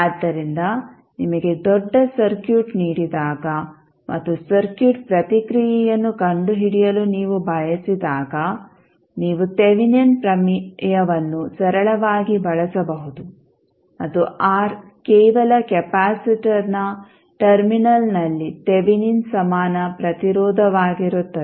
ಆದ್ದರಿಂದ ನಿಮಗೆ ದೊಡ್ಡ ಸರ್ಕ್ಯೂಟ್ ನೀಡಿದಾಗ ಮತ್ತು ಸರ್ಕ್ಯೂಟ್ ಪ್ರತಿಕ್ರಿಯೆಯನ್ನು ಕಂಡುಹಿಡಿಯಲು ನೀವು ಬಯಸಿದಾಗ ನೀವು ತೆವೆನಿನ್ ಪ್ರಮೇಯವನ್ನು ಸರಳವಾಗಿ ಬಳಸಬಹುದು ಮತ್ತು R ಕೇವಲ ಕೆಪಾಸಿಟರ್ನ ಟರ್ಮಿನಲ್ನಲ್ಲಿ ತೆವೆನಿನ್ ಸಮಾನ ಪ್ರತಿರೋಧವಾಗಿರುತ್ತದೆ